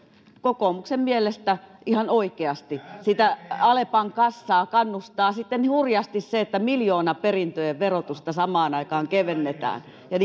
kokoomuksen mielestä ihan oikeasti sitä alepan kassaa kannustaa sitten hurjasti se että miljoonaperintöjen verotusta samaan aikaan kevennetään ja